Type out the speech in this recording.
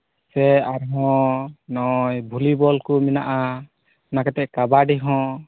ᱥᱮ ᱟᱨᱦᱚᱸ ᱱᱚᱜᱼᱚᱭ ᱵᱷᱩᱞᱤ ᱵᱚᱞ ᱠᱚ ᱢᱮᱱᱟᱜᱼᱟ ᱚᱱᱟᱠᱟᱛᱮ ᱠᱟᱵᱟᱰᱤ ᱦᱚᱸ